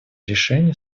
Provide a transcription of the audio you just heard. решение